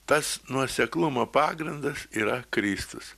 tas nuoseklumo pagrindas yra kristus